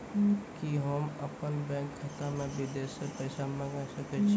कि होम अपन बैंक खाता मे विदेश से पैसा मंगाय सकै छी?